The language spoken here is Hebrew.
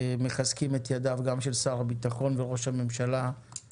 ומחזקים גם את ידיו של ראש הממשלה וגם של שר הביטחון,